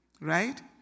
right